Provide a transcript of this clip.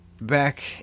back